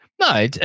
no